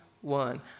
one